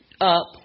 up